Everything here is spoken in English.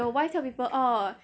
your wife tell people orh